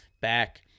back